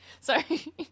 Sorry